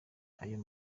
ayo